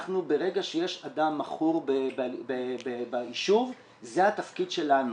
ברגע שיש אדם מכור ביישוב, זה התפקיד שלנו.